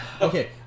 Okay